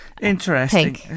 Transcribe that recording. interesting